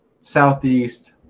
southeast